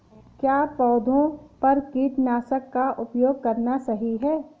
क्या पौधों पर कीटनाशक का उपयोग करना सही है?